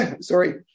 Sorry